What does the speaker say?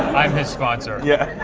i'm his sponsor. yeah